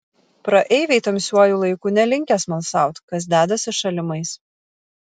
praeiviai tamsiuoju laiku nelinkę smalsaut kas dedasi šalimais